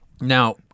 Now